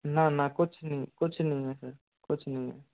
न न कुछ नहीं कुछ नहीं है सर कुछ नहीं है